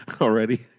already